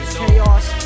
chaos